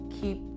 keep